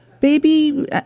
Baby